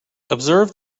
observe